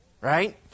right